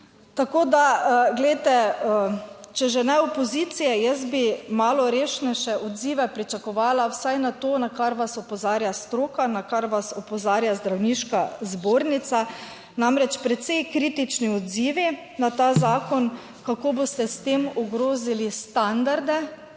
Tako da glejte, če že ne opozicije, jaz bi malo resnejše odzive pričakovala vsaj na to, na kar vas opozarja stroka, na kar vas opozarja Zdravniška zbornica, namreč precej kritični odzivi na ta zakon, kako boste s tem ogrozili standarde.